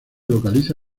localiza